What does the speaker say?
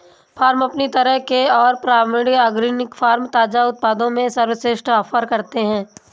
farm अपनी तरह के और प्रमाणित ऑर्गेनिक फ़ार्म ताज़ा उत्पादों में सर्वश्रेष्ठ ऑफ़र करते है